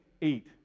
eat